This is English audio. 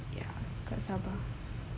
ya because sabah